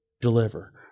deliver